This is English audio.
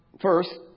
First